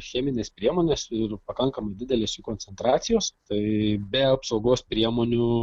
cheminės priemonės ir pakankamai didelės jų koncentracijos tai be apsaugos priemonių